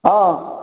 हँ